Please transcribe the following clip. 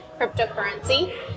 cryptocurrency